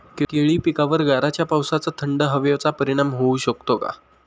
केळी पिकावर गाराच्या पावसाचा, थंड हवेचा परिणाम होऊ शकतो का?